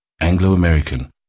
Anglo-American